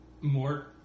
more